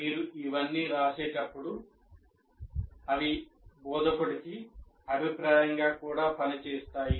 మీరు ఇవన్నీ రాసేటప్పుడు అవి బోధకుడికి అభిప్రాయంగా కూడా పనిచేస్తాయి